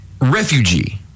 Refugee